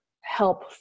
help